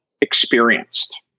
experienced